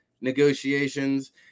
negotiations